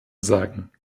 sagen